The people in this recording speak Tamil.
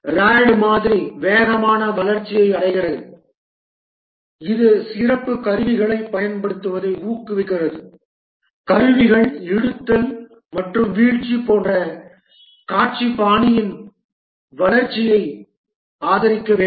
RAD மாதிரி வேகமான வளர்ச்சியை அடைகிறது இது சிறப்பு கருவிகளைப் பயன்படுத்துவதை ஊக்குவிக்கிறது கருவிகள் இழுத்தல் மற்றும் வீழ்ச்சி போன்ற காட்சி பாணியின் வளர்ச்சியை ஆதரிக்க வேண்டும்